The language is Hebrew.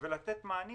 ולתת מענים